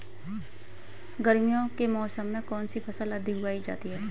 गर्मियों के मौसम में कौन सी फसल अधिक उगाई जाती है?